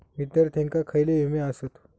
विद्यार्थ्यांका खयले विमे आसत?